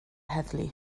heddlu